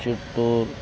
Chittoor